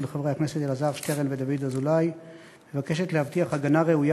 של חברי הכנסת אלעזר שטרן ודוד אזולאי מבקשת להבטיח הגנה ראויה